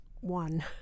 One